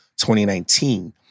2019